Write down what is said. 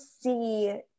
see